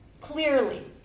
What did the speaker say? clearly